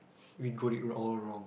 we got it wrong all wrong